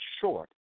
short